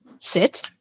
sit